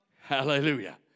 Hallelujah